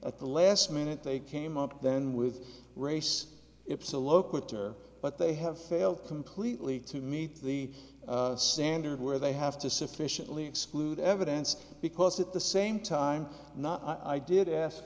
at the last minute they came up then with race ipsa loquitur but they have failed completely to meet the standard where they have to sufficiently exclude evidence because at the same time not i did ask